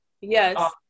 Yes